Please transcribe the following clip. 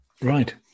Right